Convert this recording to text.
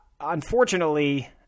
unfortunately